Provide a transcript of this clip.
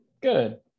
good